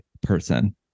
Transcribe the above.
person